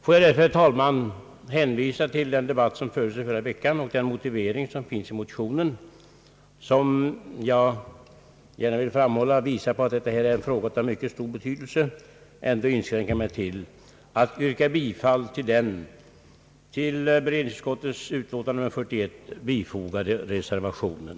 Får jag därför, herr talman, hänvisa till den debatt som tidigare förts och till den motivering som finns i motionen — vilken jag gärna vill framhålla visar att detta är en fråga av stor betydelse — och ändå inskränka mig till att yrka bifall till den vid allmänna beredningsutskottets utlåtande nr 41 fogade reservationen.